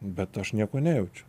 bet aš nieko nejaučiu